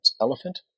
elephant